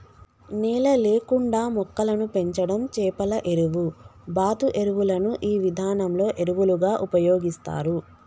నేల లేకుండా మొక్కలను పెంచడం చేపల ఎరువు, బాతు ఎరువులను ఈ విధానంలో ఎరువులుగా ఉపయోగిస్తారు